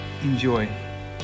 Enjoy